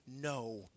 no